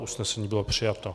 Usnesení bylo přijato.